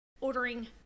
ordering